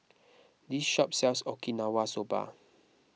this shop sells Okinawa Soba